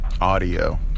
audio